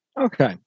Okay